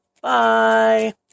Bye